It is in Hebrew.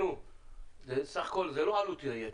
בינינו, סך הכול זה לא עלות ליתר,